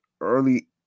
early